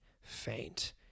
faint